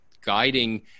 guiding